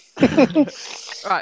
Right